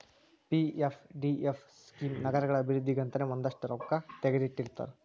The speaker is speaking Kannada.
ಪಿ.ಎಫ್.ಡಿ.ಎಫ್ ಸ್ಕೇಮ್ ನಗರಗಳ ಅಭಿವೃದ್ಧಿಗಂತನೇ ಒಂದಷ್ಟ್ ರೊಕ್ಕಾ ತೆಗದಿಟ್ಟಿರ್ತಾರ